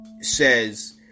says